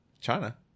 China